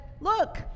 look